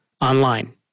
online